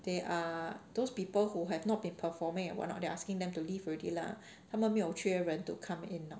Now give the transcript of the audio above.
they are those people who have not been performing and what not they are asking them to leave already lah 他们没有缺人 to come in